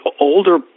older